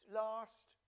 last